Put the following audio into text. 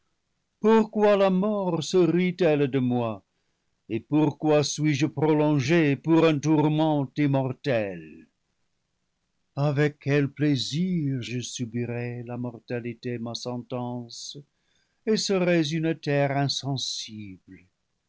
pourquoi la mort se rit elle de moi et pourquoi suis je prolongé pour un tourment immortel avec quel plaisir je subirais la mortalité ma sentence et serais